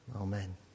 Amen